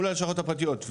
מול הלשכות הפרטיות.